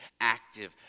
active